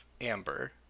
Amber